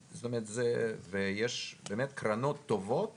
ויש באמת קרנות טובות